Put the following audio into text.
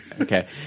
Okay